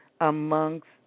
amongst